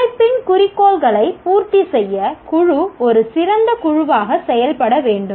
அமைப்பின் குறிக்கோள்களை பூர்த்தி செய்ய குழு ஒரு சிறந்த குழுவாக செயல்பட வேண்டும்